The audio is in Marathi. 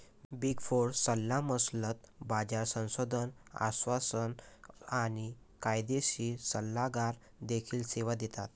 बिग फोर सल्लामसलत, बाजार संशोधन, आश्वासन आणि कायदेशीर सल्लागार देखील सेवा देतात